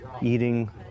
eating